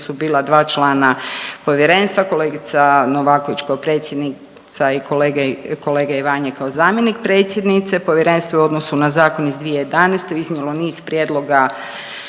su bila dva člana povjerenstva, kolegica Novaković kao predsjednica i kolege, kolega Ivanjek kao zamjenik predsjednice. Povjerenstvo je u odnosu na zakon iz 2011. iznijelo niz prijedloga